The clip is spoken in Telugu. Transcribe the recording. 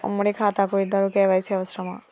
ఉమ్మడి ఖాతా కు ఇద్దరు కే.వై.సీ అవసరమా?